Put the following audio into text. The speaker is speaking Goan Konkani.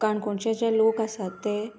काणकोणचे जे लोक आसात ते